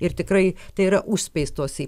ir tikrai tai yra užspeistos į